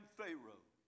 Pharaoh